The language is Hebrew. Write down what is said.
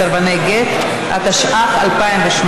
ביקשו ממני sick לרגל חזרתך לאולם,